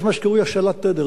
יש מה שקרוי השאלת תדר.